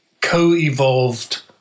co-evolved